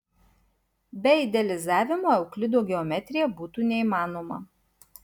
be idealizavimo euklido geometrija būtų neįmanoma